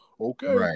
Okay